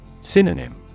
Synonym